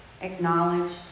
acknowledge